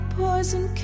poison